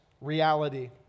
reality